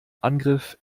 angriff